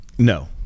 No